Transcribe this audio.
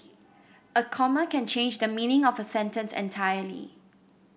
a comma can change the meaning of a sentence entirely